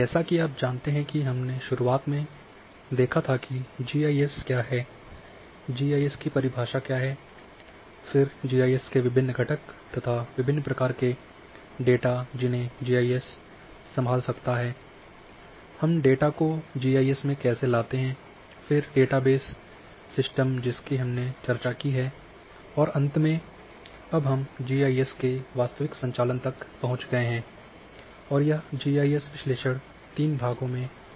जैसा कि आप जानते हैं कि हमने शुरुआत में देखा था कि जीआईएस क्या है जीआईएस की परिभाषा क्या है और फिर जीआईएस के विभिन्न घटक विभिन्न प्रकार के डेटा जिन्हें जीआईएस संभाल सकता है हम डेटा को जीआईएस में कैसे लाते हैं फिर डेटाबेस सिस्टम जिसकी हमने चर्चा की है और अंत में अब हम जीआईएस के वास्तविक संचालन तक पहुंच गए हैं और यह जीआईएस विश्लेषण तीन भागों में है